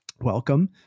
welcome